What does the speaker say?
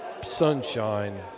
sunshine